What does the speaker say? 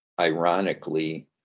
ironically